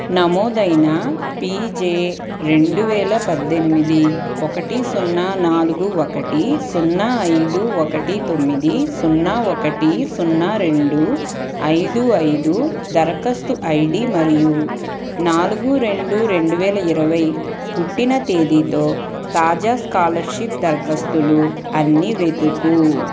నమోదైన పీజే రెండువేల పద్దెనిమిది ఒకటి సున్నా నాలుగు ఒకటి సున్నా ఐదు ఒకటి తొమ్మిది సున్నా ఒకటి సున్నా రెండు ఐదు ఐదు దరఖాస్తు ఐడి మరియు నాలుగు రెండు రెండువేల ఇరవై పుట్టిన తేదీతో తాజా స్కాలర్షిప్ దరఖాస్తులు అన్ని వెదుకు